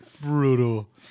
Brutal